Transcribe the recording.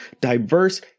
diverse